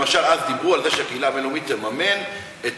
למשל, אז דיברו על זה שהקהילה הבין-לאומית תממן את